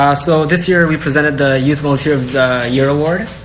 um so this year we presented the youth volunteer of the year award.